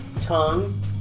tongue